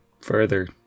further